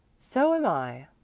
so am i.